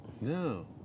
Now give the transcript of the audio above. No